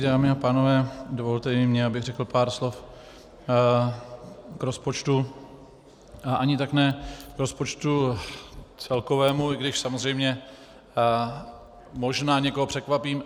Dámy a pánové, dovolte i mně, abych řekl pár slov k rozpočtu, a ani tak ne k rozpočtu celkovému, i když samozřejmě možná někoho překvapím.